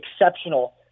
exceptional